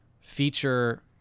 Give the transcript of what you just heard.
feature